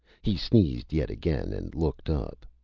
he sneezed yet again and looked up.